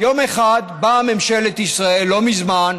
יום אחד באה ממשלת ישראל, לא מזמן,